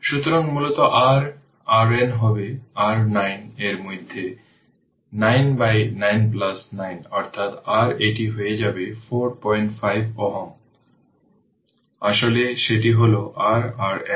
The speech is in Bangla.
সুতরাং মূলত r RN হবে r 9 এর মধ্যে 9 by 9 9 অর্থাৎ r এটি হয়ে যাবে 45 Ω 4 45 Ω তাহলে সেটি হল r RN